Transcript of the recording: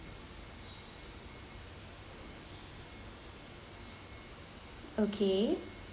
okay